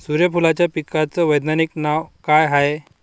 सुर्यफूलाच्या पिकाचं वैज्ञानिक नाव काय हाये?